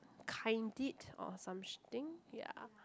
kind deed or something ya